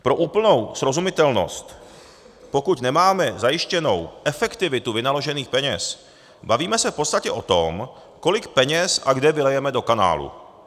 Pro úplnou srozumitelnost, pokud nemáme zajištěnou efektivitu vynaložených peněz, bavíme se v podstatě o tom, kolik peněz a kde vylijeme do kanálu.